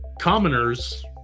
commoners